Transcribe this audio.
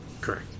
correct